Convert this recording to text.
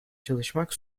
çalışmak